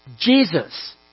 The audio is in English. Jesus